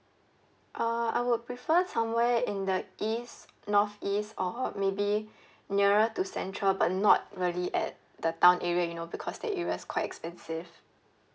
uh I would prefer somewhere in the east northeast or maybe nearer to central but not really at the town area you know because that area is quite expensive